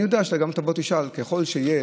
אני יודע שאתה גם תבוא ותשאל: ככל שתהיה